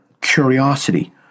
curiosity